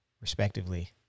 respectively